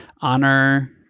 honor